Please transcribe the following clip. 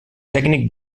tècnic